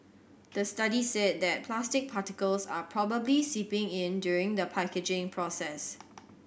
the study said that plastic particles are probably seeping in during the packaging process